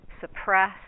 suppress